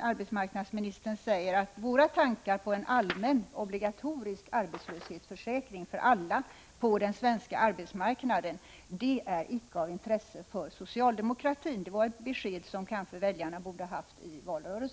Arbetsmarknadsministern säger att de tankar som vi moderater fört fram om en allmän obligatorisk arbetslöshetsförsäkring för alla på den svenska arbetsmarknaden är icke av intresse för socialdemokratin. Det var ett besked som väljarna kanske borde ha haft redan under valrörelsen.